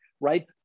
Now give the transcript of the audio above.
right